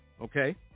Okay